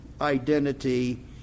identity